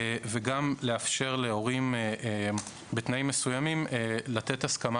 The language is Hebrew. וגם לאפשר להורים בתנאים מסוימים לתת הסכמה